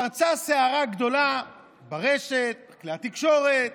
פרצה סערה גדולה ברשת, בכלי התקשורת.